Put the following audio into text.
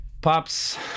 Pop's